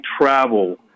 travel